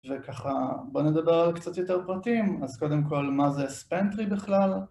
וככה בוא נדבר על קצת יותר פרטים אז קודם כל מה זה ספנטלי בכלל